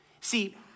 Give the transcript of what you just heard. See